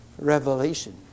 revelation